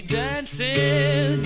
dancing